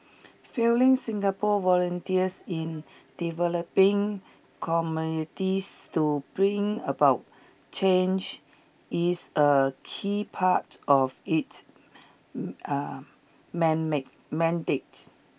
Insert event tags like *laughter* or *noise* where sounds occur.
fielding Singapore volunteers in developing communities to bring about change is a key part of its *hesitation* *unintelligible* mandate